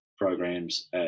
programs